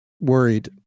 worried